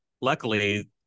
luckily